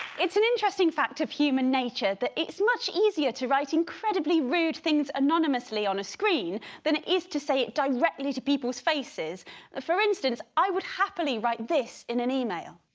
it's an interesting fact of human nature that it's much easier to write incredibly rude things anonymously on a screen than it is to say it directly to people's faces for instance, i would happily write this in an email